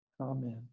Amen